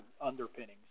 underpinnings